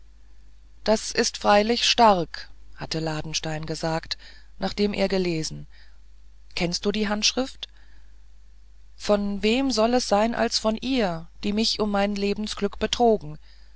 das ist freilich stark hatte ladenstein gesagt nachdem er gelesen kennst du die handschrift von wem soll es sein als von ihr die mich um mein lebensglück betrogen